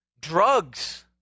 Drugs